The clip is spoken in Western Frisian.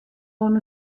oan